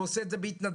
ועושה את זה בהתנדבות,